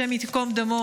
השם יקום דמו,